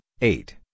eight